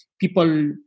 People